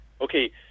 Okay